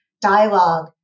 dialogue